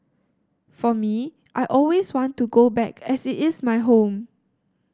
for me I always want to go back as it is my home